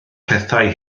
pethau